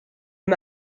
him